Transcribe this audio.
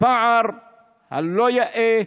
הפער הלא-יאה,